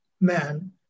man